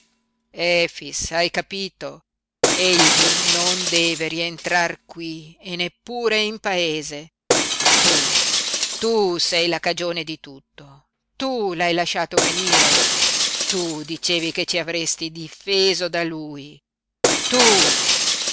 tigre efix hai capito egli non deve rientrar qui e neppure in paese tu tu sei la cagione di tutto tu l'hai lasciato venire tu dicevi che ci avresti difeso da lui tu